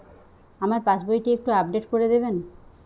আমার পাসবই টি একটু আপডেট করে দেবেন?